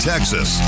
Texas